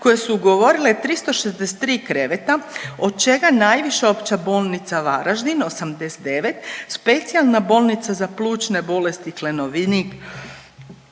koje su ugovorile 363 kreveta od čega najviše Opća bolnica Varaždin 89, Specijalna bolnica za plućne bolesti Klenovnik